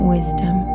Wisdom